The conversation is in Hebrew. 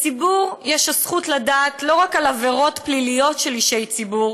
לציבור יש הזכות לדעת לא רק על עבירות פליליות של אישי ציבור,